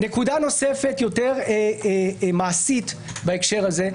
נקודה נוספת יותר מעשית בהקשר הזה.